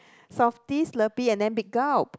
softee Slurpee and then big gulp